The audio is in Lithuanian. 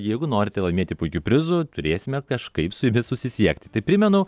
jeigu norite laimėti puikių prizų turėsime kažkaip su jumis susisiekti tai primenu